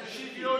שוויונית,